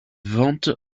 ventes